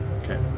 Okay